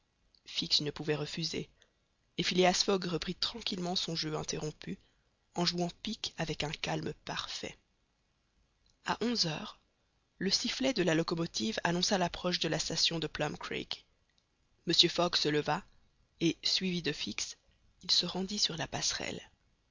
fix ne pouvait refuser et phileas fogg reprit tranquillement son jeu interrompu en jouant pique avec un calme parfait a onze heures le sifflet de la locomotive annonça l'approche de la station de plum creek mr fogg se leva et suivi de fix il se rendit sur la passerelle